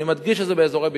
אני מדגיש שזה באזורי ביקוש.